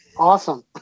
Awesome